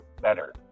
better